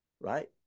right